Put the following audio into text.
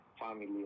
family